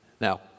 Now